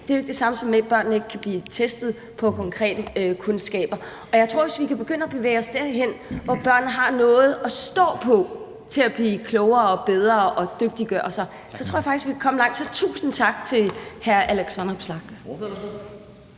Det er jo ikke det samme, som at børnene ikke kan blive testet på konkrete kundskaber. Og jeg tror også, vi kan begynde at bevæge os derhen, hvor børnene har noget at stå på i forhold til at blive klogere og bedre og dygtiggøre sig. Så tror jeg faktisk, vi kan komme langt, så tusind tak til hr. Alex Vanopslagh.